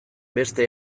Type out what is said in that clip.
beste